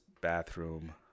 bathroom